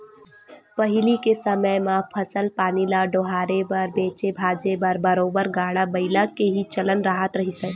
पहिली के समे म फसल पानी ल डोहारे बर बेंचे भांजे बर बरोबर गाड़ा बइला के ही चलन राहत रिहिस हवय